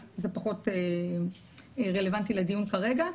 אז זה פחות רלבנטי לדיון כרגע.